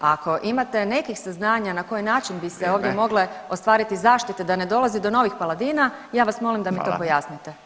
Ako imate nekih saznanja na koji način bi se ovdje mogle ostvariti zaštite da ne dolazi do novih Paladina, ja vas molim da mi to pojasnite.